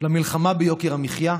למלחמה ביוקר המחיה,